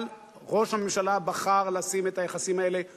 אבל ראש הממשלה בחר לשים את היחסים האלה כולם,